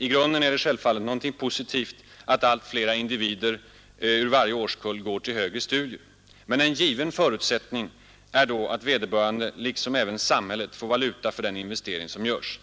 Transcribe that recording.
I grunden är det självfallet positivt att allt fler individer ur varje årskull går till högre studier, men en given förutsättning är då att vederbörande, liksom samhället, får valuta för den investering som görs.